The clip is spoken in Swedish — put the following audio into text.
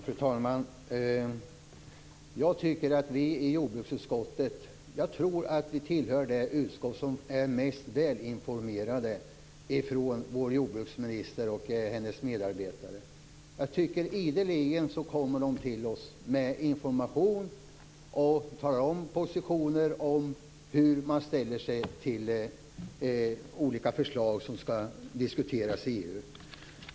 Fru talman! Jag tror att vi i jordbruksutskottet tillhör ett av de utskott som är mest välinformerade. Ideligen kommer jordbruksministern och hennes medarbetare till oss med information och talar om sina positioner när det gäller olika förslag som skall diskuteras i EU.